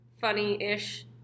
funny-ish